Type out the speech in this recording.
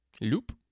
loop